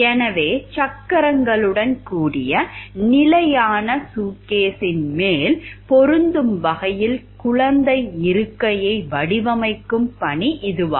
எனவே சக்கரங்களுடன் கூடிய நிலையான சூட்கேஸின் மேல் பொருந்தும் வகையில் குழந்தை இருக்கையை வடிவமைக்கும் பணி இதுவாகும்